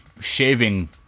shaving